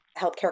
Healthcare